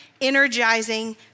energizing